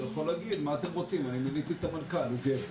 הוא יכול לומר שהוא מינה את המנכ"ל והוא גבר.